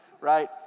right